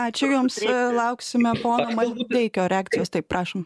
ačiū jums lauksime pono maldeikio reakcijos taip prašom